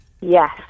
Yes